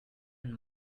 and